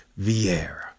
Vieira